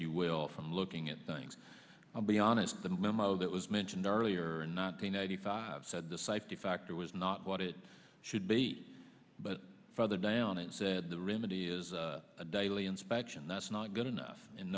you will from looking at things beyond it's the memo that was mentioned earlier not the ninety five said the safety factor was not what it should be but further down it said the remedy is a daily inspection that's not good enough and